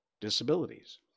disabilities